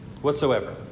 Whatsoever